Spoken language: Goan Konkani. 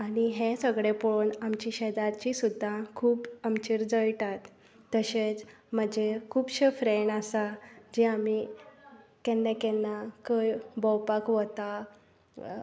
आनी हें सगळें पळोवन आमची शेजारचीं सुद्दां खूब आमचेर जळटात तशेंच म्हजे खुबशे फ्रेंड आसात जे आमी केन्ना केन्ना खंय भोंवपाक वता